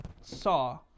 saw